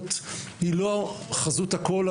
שההיבחנות היא לא חזות הכל,